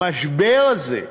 המשבר הזה,